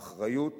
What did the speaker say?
האחריות